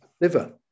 liver